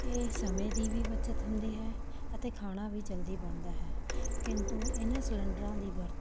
ਇਹ ਸਮੇਂ ਦੀ ਵੀ ਬੱਚਤ ਹੁੰਦੀ ਹੈ ਅਤੇ ਖਾਣਾ ਵੀ ਜਲਦੀ ਬਣਦਾ ਹੈ ਕਿੰਤੂ ਇਹਨਾਂ ਸਿਲੰਡਰਾਂ ਦੀ ਵਰਤੋਂ